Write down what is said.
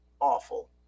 awful